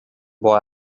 boy